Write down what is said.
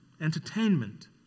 entertainment